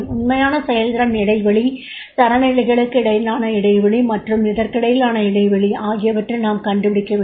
உண்மையான செயல்திறன் இடைவெளி தரநிலைகளுக்கு இடையிலான இடைவெளி மற்றும் இதற்கிடையிலான இடைவெளி ஆகியவற்றை நாம் கண்டுபிடிக்க வேண்டும்